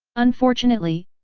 unfortunately,